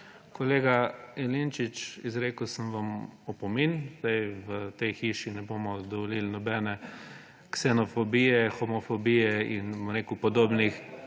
Kolega Jelinčič, izrekel sem vam opomin. V tej hiši ne bomo dovolil nobene ksenofobije, homofobije in, bom